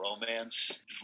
Romance